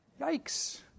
yikes